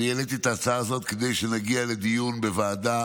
העליתי את ההצעה הזאת כדי שנגיע לדיון בוועדה